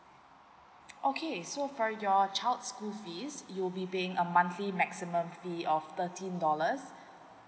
okay so for your child's school fees you'll be paying a monthly maximum fee of thirteen dollars